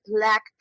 black